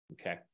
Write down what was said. okay